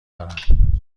دارم